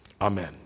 Amen